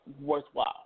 worthwhile